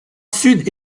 sud